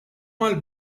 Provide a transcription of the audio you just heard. mal